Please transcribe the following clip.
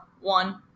one